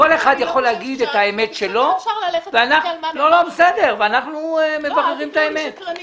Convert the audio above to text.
כל אחד יכול להגיד את האמת שלו ואנחנו מבררים את האמת.